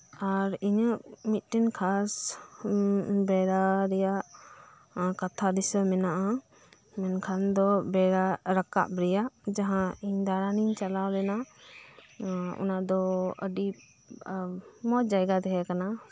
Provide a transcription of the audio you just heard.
ᱟᱨ ᱤᱧᱟᱹᱜ ᱢᱤᱫᱴᱮᱱ ᱠᱷᱟᱥ ᱵᱮᱲᱟ ᱨᱮᱭᱟᱜ ᱠᱟᱛᱷᱟ ᱫᱤᱥᱟᱹ ᱢᱮᱱᱟᱜᱼᱟ ᱢᱮᱱᱠᱷᱟᱱ ᱫᱚ ᱵᱮᱲᱟ ᱨᱟᱠᱟᱵ ᱨᱮᱭᱟᱜ ᱡᱟᱦᱟᱸ ᱤᱧ ᱫᱟᱲᱟᱱᱤᱧ ᱪᱟᱞᱟᱣᱞᱮᱱᱟ ᱚᱱᱟᱫᱚ ᱟᱹᱰᱤ ᱢᱚᱪ ᱡᱟᱭᱜᱟ ᱛᱟᱦᱮᱸ ᱠᱟᱱᱟ